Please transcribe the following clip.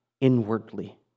inwardly